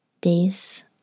Days